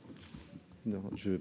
présidente,